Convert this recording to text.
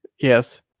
yes